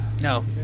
No